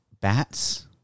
bats